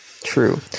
True